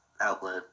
outlet